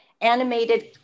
animated